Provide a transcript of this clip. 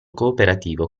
cooperativo